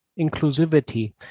inclusivity